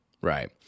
Right